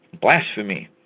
blasphemy